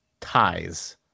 ties